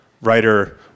writer